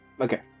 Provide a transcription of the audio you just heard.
Okay